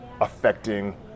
affecting